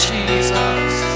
Jesus